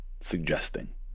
suggesting